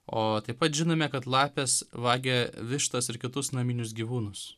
o taip pat žinome kad lapės vagia vištas ir kitus naminius gyvūnus